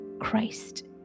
Christ